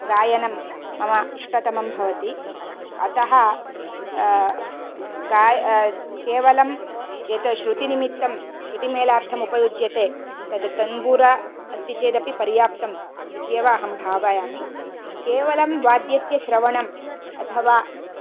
गायनं मम इष्टतमं भवति अतः गा केवलं यत् श्रुतिनिमित्तं श्रुतिमेलार्थं उपयुज्यते तद् तन्बुरा अस्ति चेदपि पर्याप्तं इत्येव अहं भावयामि केवल वाद्यस्य श्रवणं अथवा